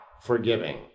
forgiving